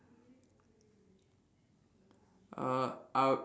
uh I would